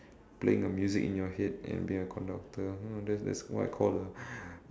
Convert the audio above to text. playing a music in your head and being a conductor ah that's that's what I call a